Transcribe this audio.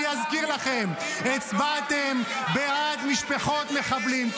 אני אזכיר לכם: הצבעתם בעד משפחות מחבלים.